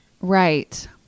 Right